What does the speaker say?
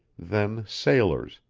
then sailors,